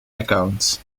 accounts